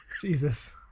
Jesus